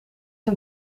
een